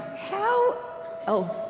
how oh,